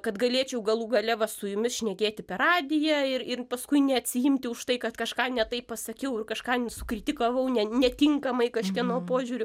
kad galėčiau galų gale va su jumis šnekėti per radiją ir ir paskui neatsiimti už tai kad kažką ne taip pasakiau ir kažką sukritikavau ne netinkamai kažkieno požiūriu